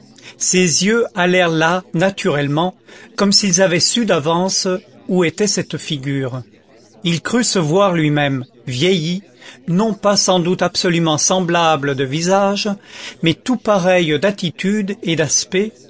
ses yeux allèrent là naturellement comme s'ils avaient su d'avance où était cette figure il crut se voir lui-même vieilli non pas sans doute absolument semblable de visage mais tout pareil d'attitude et d'aspect